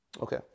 Okay